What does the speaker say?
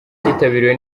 cyitabiriwe